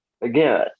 again